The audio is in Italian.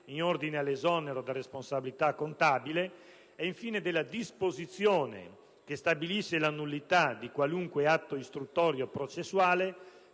in ordine all'esonero da responsabilità contabile (...) e, infine, della disposizione (...) che (...) stabilisce la nullità di qualunque atto istruttorio o processuale